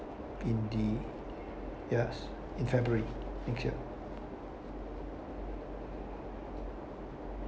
in the yes in february thank you